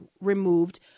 removed